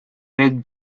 fig